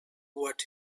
what